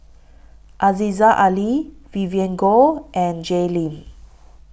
Aziza Ali Vivien Goh and Jay Lim